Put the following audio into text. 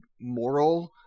moral